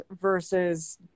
versus